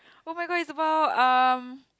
oh-my-god it's about um